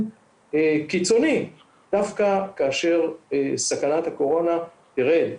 קיצוני דווקא כאשר סכנת הקורונה תרד,